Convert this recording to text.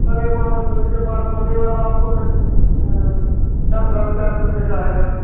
अरे मालिक बालकोनी वाला आपको करीब चार साढ़े चार सौ रुपए का आएगा